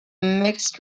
mixed